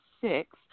six